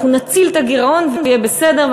אנחנו נציל את הגירעון ויהיה בסדר,